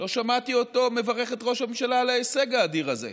לא שמעתי אותו מברך את ראש הממשלה על ההישג האדיר הזה.